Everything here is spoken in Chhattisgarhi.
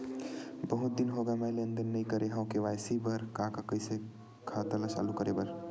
बहुत दिन हो गए मैं लेनदेन नई करे हाव के.वाई.सी बर का का कइसे खाता ला चालू करेबर?